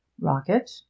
Rocket